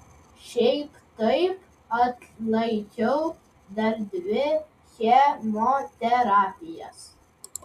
šiaip taip atlaikiau dar dvi chemoterapijas